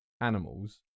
animals